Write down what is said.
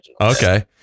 Okay